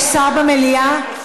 יש שר במליאה?